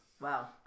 Wow